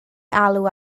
alw